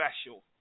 special